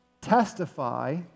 testify